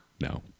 No